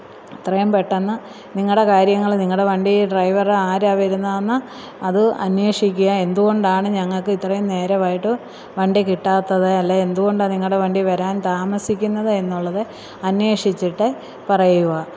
എത്രയും പെട്ടെന്ന് നിങ്ങളുടെ കാര്യങ്ങൾ നിങ്ങളുടെ വണ്ടി ഡ്രൈവറ് ആരാ വരുന്നത് എന്ന് അത് അന്വേഷിക്കുക എന്തുകൊണ്ടാണ് ഞങ്ങൾക്ക് ഇത്രയും നേരമായിട്ട് വണ്ടി കിട്ടാത്തത് അല്ലെങ്കിൽ എന്ത്കൊണ്ടാണ് നിങ്ങളുടെ വണ്ടി വരാന് താമസിക്കുന്നത് എന്നുള്ളത് അന്വേഷിച്ചിട്ട് പറയുക